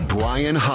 Brian